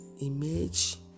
image